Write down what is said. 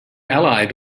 allied